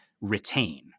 retain